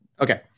Okay